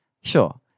sure